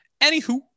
Anywho